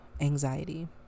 anxiety